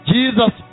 Jesus